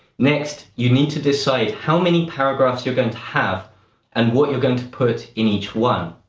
next, you need to decide how many paragraphs you're going to have and what you're going to put in each one.